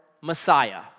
Messiah